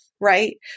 right